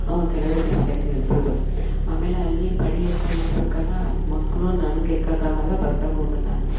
ಹ್ಞೂ ಕೆಳಗಡೆ ತಿರುಪತಿಯಾಗೆ ನಿಲ್ಸಿದ್ರು ಆಮೇಲೆ ಅಲ್ಲಿ ಪಡಿ ಎಕ್ಕೊಂಡೋಗ್ಬೇಕಲ್ಲ ಮಕ್ಕಳು ನನಗೆ ಎಕ್ಕಕಾಗಲ್ಲ ಬಸ್ಸಾಗೋಗೋಣ ಅಂತ